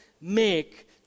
make